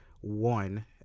one